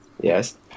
yes